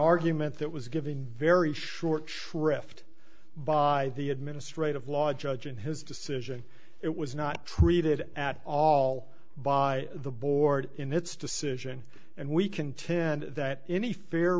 argument that was given very short shrift by the administrative law judge and his decision it was not treated at all by the board in its decision and we contend that any f